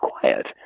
quiet